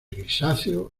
grisáceo